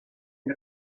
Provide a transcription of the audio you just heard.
and